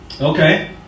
Okay